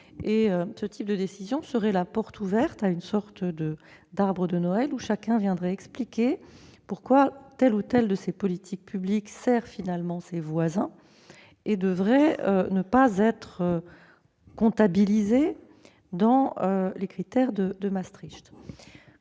Surtout, ce serait la porte ouverte à une sorte d'arbre de Noël où chacun viendrait expliquer pourquoi telle ou telle de ses politiques publiques sert ses voisins et devrait ne pas être comptabilisée dans les critères de Maastricht.